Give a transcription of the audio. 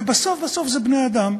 ובסוף בסוף זה בני-אדם,